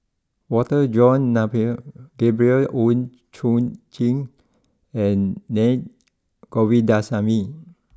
Walter John Napier Gabriel Oon Chong Jin and Na Govindasamy